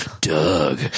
Doug